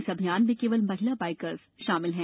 इस अभियान में केवल महिला बाईकर्स शामिल हैं